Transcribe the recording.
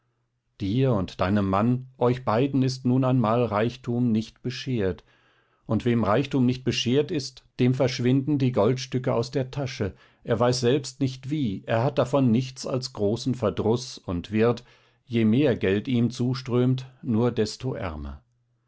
dir und deinem mann euch beiden ist nun einmal reichtum nicht beschert und wem reichtum nicht beschert ist dem verschwinden die goldstücke aus der tasche er weiß selbst nicht wie er hat davon nichts als großen verdruß und wird je mehr geld ihm zuströmt nur desto ärmer